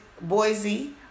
Boise